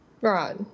Right